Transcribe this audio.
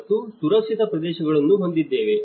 ಮತ್ತು ಸುರಕ್ಷಿತ ಪ್ರದೇಶಗಳನ್ನು ಹೊಂದಿದ್ದೇವೆ